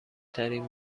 ترین